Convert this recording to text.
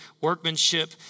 workmanship